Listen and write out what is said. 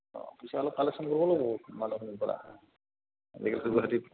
কিবা অলপ কালেকচন কৰিব লাগিব মানুহখিনিৰ পৰা গুৱাহাটীত